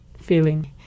feeling